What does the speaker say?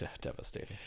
devastating